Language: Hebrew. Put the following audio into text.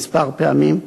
כמה פעמים,